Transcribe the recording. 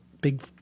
big